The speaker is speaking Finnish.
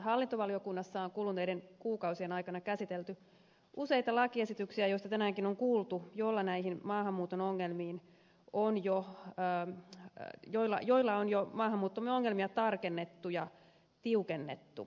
hallintovaliokunnassa on kuluneiden kuukausien aikana käsitelty useita lakiesityksiä joista tänäänkin on kuultu jolla näihin maahanmuuton ongelmiin on jo pää ja joilla joilla on jo maahanmuuttomme ongelmia tarkennettu ja tiukennettu